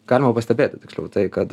galima pastebėti tiksliau tai kad